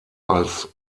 als